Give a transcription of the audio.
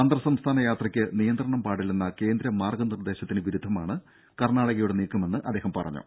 അന്തർ സംസ്ഥാന യാത്രയ്ക്ക് നിയന്ത്രണം പാടില്ലെന്ന കേന്ദ്ര മാർഗ്ഗ നിർദ്ദേശത്തിന് വിരുദ്ധമാണ് കർണ്ണാടകയുടെ നീക്കമെന്ന് അദ്ദേഹം പറഞ്ഞു